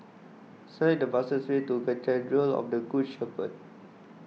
select the fastest way to Cathedral of the Good Shepherd